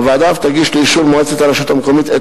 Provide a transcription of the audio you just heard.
הוועדה אף תגיש לאישור מועצת הרשות המקומית את